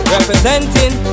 Representing